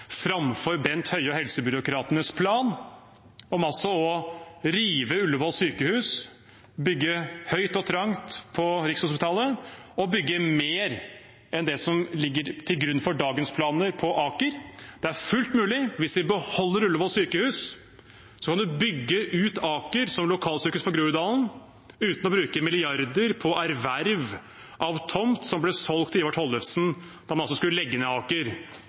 framfor å følge Bent Høie og helsebyråkratenes plan om å rive Ullevål sykehus, bygge høyt og trangt på Rikshospitalet, og bygge mer enn det som ligger til grunn for dagens planer på Aker. Det er fullt mulig, hvis vi beholder Ullevål sykehus, å bygge ut Aker som lokalsykehus for Groruddalen uten å bruke milliarder på erverv av en tomt som ble solgt til Ivar Tollefsen da man skulle legge ned Aker,